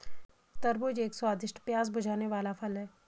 तरबूज एक स्वादिष्ट, प्यास बुझाने वाला फल है